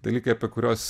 dalykai apie kuriuos